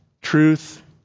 truth